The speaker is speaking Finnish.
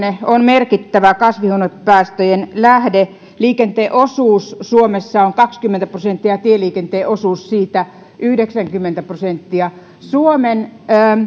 liikenne on merkittävä kasvihuonepäästöjen lähde liikenteen osuus suomessa on kaksikymmentä prosenttia ja tieliikenteen osuus siitä yhdeksänkymmentä prosenttia suomen